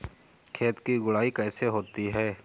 खेत की गुड़ाई कैसे होती हैं?